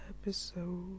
episode